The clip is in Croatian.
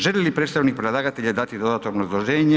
Želi li predstavnik predlagatelja dati dodatno obrazloženje?